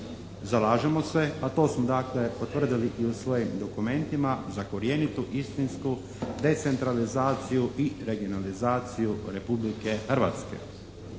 zalažemo se, a to smo dakle potvrdili i u svojim dokumentima, za korjenitu, istinsku decentralizaciju i regionalizaciju Republike Hrvatske.